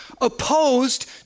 opposed